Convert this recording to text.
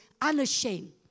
Unashamed